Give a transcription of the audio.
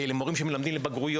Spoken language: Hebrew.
כי אלה מורים שמלמדים לבגרויות.